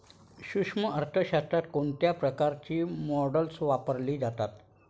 सूक्ष्म अर्थशास्त्रात कोणत्या प्रकारची मॉडेल्स वापरली जातात?